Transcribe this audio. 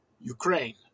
Ukraine